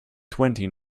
twenty